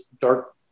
dark